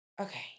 Okay